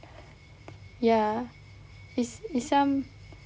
ya it's it's some